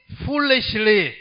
foolishly